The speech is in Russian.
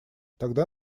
тогда